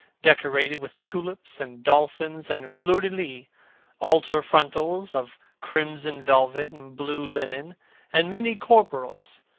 decorated with tulips and dolphins and fleurs-de-lis altar frontals of crimson velvet and blue linen and many corporals,